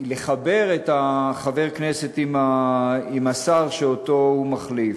לחבר את חבר הכנסת עם השר שאותו הוא מחליף.